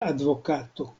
advokato